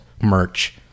merch